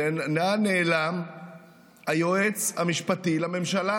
לאן נעלם היועץ המשפטי לממשלה